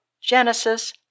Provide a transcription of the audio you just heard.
Genesis